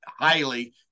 highly